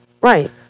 Right